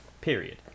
period